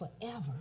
forever